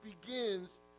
begins